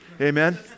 Amen